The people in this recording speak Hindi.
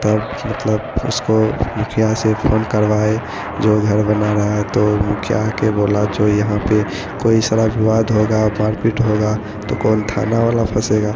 तब मतलब उसको मुखिया से फ़ोन करवाए जो घर बना रहा है तो मुखिया आकर बोला जो यहाँ पर कोई सारा विवाद होगा मारपीट होगा तो कौन थाना वाला फंसेगा